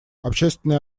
общественные